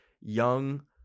young